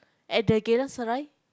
at the Geylang-Serai